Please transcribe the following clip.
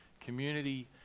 community